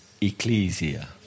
Ecclesia